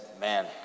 man